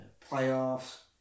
playoffs